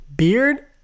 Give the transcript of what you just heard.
Beard